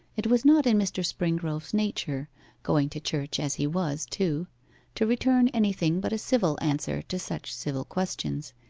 it was not in mr. springrove's nature going to church as he was, too to return anything but a civil answer to such civil questions,